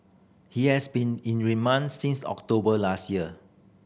he has been in remand since October last year